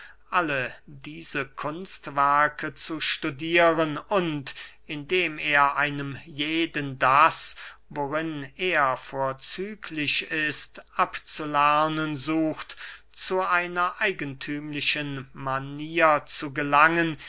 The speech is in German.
alle diese kunstwerke zu studieren und indem er einem jeden das worin er vorzüglich ist abzulernen sucht zu einer eigenthümlichen manier zu gelangen